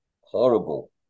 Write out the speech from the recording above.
horrible